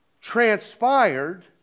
transpired